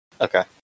Okay